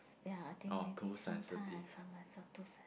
ya I think maybe sometime I find myself too